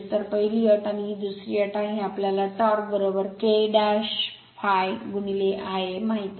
तर पहिली अट आणि ही दुसरी अट आहे आम्हाला टॉर्क K ∅ Ia माहित आहे